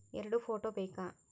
ಎರಡು ಫೋಟೋ ಬೇಕಾ?